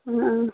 ആ